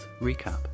Recap